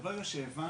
אבל ברגע שהבנו,